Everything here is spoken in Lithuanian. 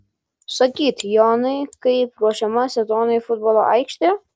sakykit jonai kaip ruošiama sezonui futbolo aikštė